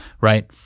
right